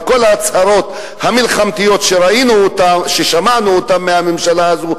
וכל ההצהרות המלחמתיות ששמענו אותן מהממשלה הזאת,